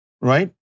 right